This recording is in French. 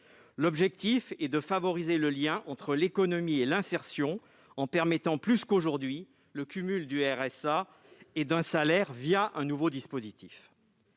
L'objectif est de favoriser le lien entre l'économie et l'insertion en permettant, plus qu'aujourd'hui, le cumul du RSA et d'un salaire un nouveau dispositif.